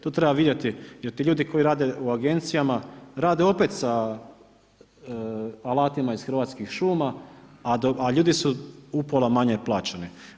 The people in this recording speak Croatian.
Tu treba vidjeti jer ti ljudi koji rade u agencijama rade opet sa alatima iz Hrvatskih šuma a ljudi su upola manje plaćeni.